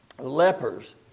Lepers